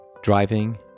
driving